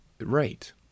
right